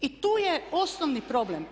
I tu je osnovni problem.